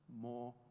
more